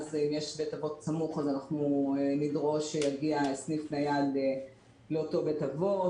ואם יש בית אבות סמוך אנחנו נדרוש שיגיע סניף נייד לאותו בית אבות.